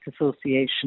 Association